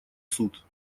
суд